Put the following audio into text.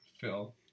Phil